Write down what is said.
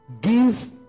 give